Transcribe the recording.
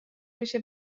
میشه